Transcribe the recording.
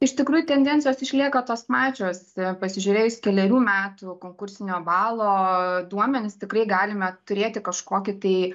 iš tikrųjų tendencijos išlieka tos pačios pasižiūrėjus kelerių metų konkursinio balo duomenis tikrai galime turėti kažkokį tai